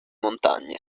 montagne